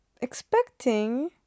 expecting